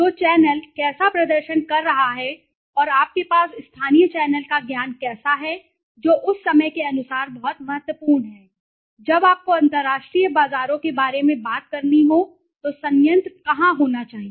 तो चैनल कैसा प्रदर्शन कर रहा है और आपके पास स्थानीय चैनल का ज्ञान कैसे है जो उस समय के अनुसार बहुत महत्वपूर्ण है जब आपको अंतरराष्ट्रीय बाजारों के बारे में बात करनी हो तो संयंत्र कहां होना चाहिए